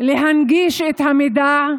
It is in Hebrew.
להנגיש את המידע,